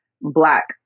Black